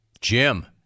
Jim